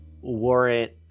warrant